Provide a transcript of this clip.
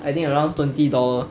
I think around twenty dollars